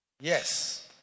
Yes